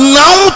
now